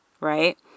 right